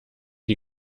die